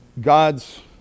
God's